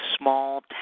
small